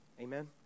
Amen